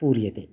पूर्यते